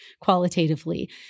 qualitatively